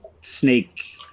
snake